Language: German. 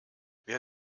wer